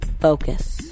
focus